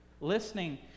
Listening